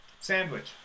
Sandwich